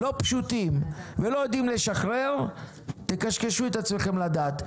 לא פשוטים ולא יודעים לשחרר תקשקשו את עצמכם לדעת.